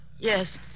Yes